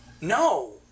no